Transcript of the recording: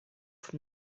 from